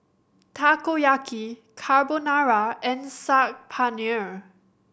Takoyaki Carbonara and Saag Paneer